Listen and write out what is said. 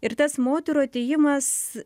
ir tas moterų atėjimas